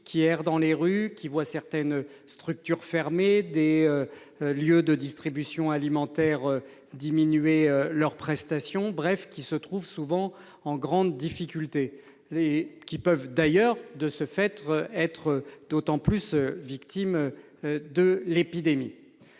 qui errent dans les rues. Ils voient certaines structures fermer et des lieux de distribution alimentaire diminuer leurs prestations ; enfin, ils se trouvent souvent en grande difficulté et peuvent, de ce fait, être d'autant plus victimes de l'épidémie.